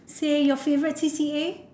say your favourite C_C_A